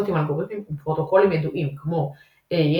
עם אלגוריתמים ופרוטוקולים ידועים כמו RSA,